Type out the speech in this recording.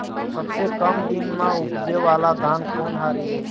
सबसे कम दिन म उपजे वाला धान कोन हर ये?